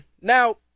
Now